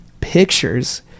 pictures